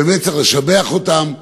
באמת צריך לשבח אותם,